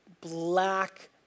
black